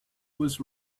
was